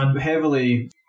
heavily